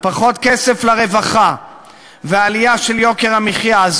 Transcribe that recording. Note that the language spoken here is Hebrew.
פחות כסף לרווחה ועלייה של יוקר המחיה.